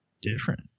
different